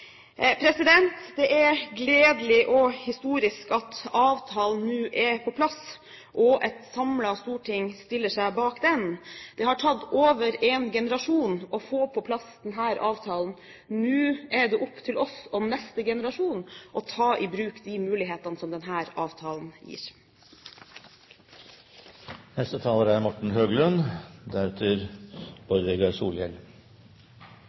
Det er gledelig og historisk at avtalen nå er på plass, og at et samlet storting stiller seg bak den. Det har tatt over en generasjon å få på plass denne avtalen. Nå er det opp til oss og neste generasjon å ta i bruk de mulighetene som denne avtalen